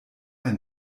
ein